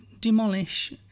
demolish